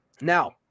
Now